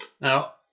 Now